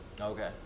Okay